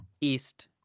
east